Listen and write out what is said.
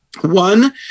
One